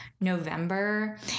November